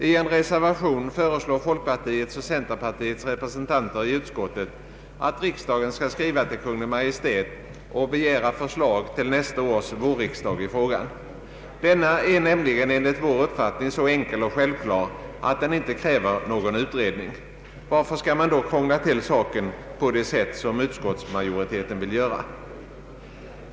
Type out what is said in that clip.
I en reservation föreslår folkpartiets och centerpartiets representanter i utskottet, att riksdagen skall skriva till Kungl. Maj:t och begära förslag i frågan till nästa års vårriksdag. Denna fråga är nämligen enligt vår uppfattning så enkel och självklar att den inte kräver någon utredning. Varför skall man då krångla till saken på det sätt som utskottsmajoriteten vill göra?